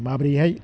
माबोरैहाय